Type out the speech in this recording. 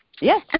Yes